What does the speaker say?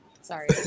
sorry